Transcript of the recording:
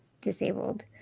disabled